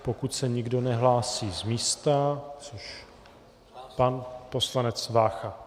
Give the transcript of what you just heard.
Pokud se nikdo nehlásí z místa pan poslanec Vácha.